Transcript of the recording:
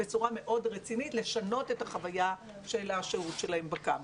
בצורה מאוד רצינית לשנות את החוויה של השהות שלהם בקמפוס.